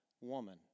woman